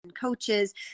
coaches